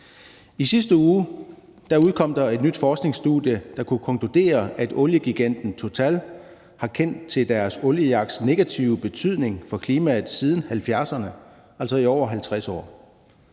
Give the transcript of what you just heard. I sidste uge udkom der et nyt forskningsstudie, der kunne konkludere, at oliegiganten Total har kendt til deres oliejagts negative betydning for klimaet siden 1970'erne, altså i over 50 år.